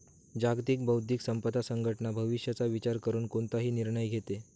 जागतिक बौद्धिक संपदा संघटना भविष्याचा विचार करून कोणताही निर्णय घेते